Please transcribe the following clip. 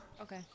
Okay